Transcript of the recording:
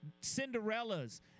Cinderella's